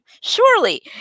Surely